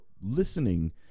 listening